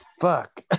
fuck